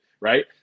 right